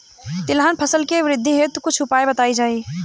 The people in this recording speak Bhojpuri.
तिलहन फसल के वृद्धी हेतु कुछ उपाय बताई जाई?